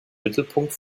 mittelpunkt